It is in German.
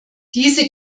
diese